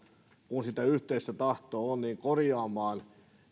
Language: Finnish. sitä yhteistä tahtoa on korjaamaan